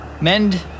mend